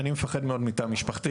אני מפחד מאוד מ-'תא משפחתי'.